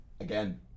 Again